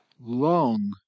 long